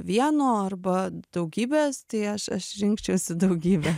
vieno arba daugybės tai aš aš rinkčiausi daugybę